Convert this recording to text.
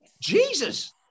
Jesus